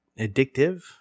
addictive